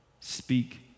Speak